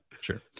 sure